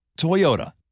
Toyota